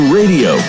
radio